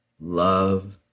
love